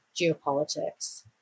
geopolitics